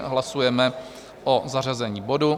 Hlasujeme o zařazení bodu.